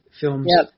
films